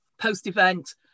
Post-event